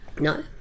No